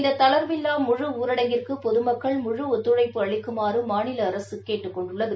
இந்த தளா்வில்லா முழு ஊரடங்கிற்கு பொதுமக்கள் முழு ஒத்துழைப்பு அளிக்குமாறு மாநில அரசு கேட்டுக் கொண்டுள்ளது